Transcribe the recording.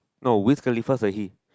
no Wiz Khalifa he